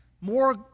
More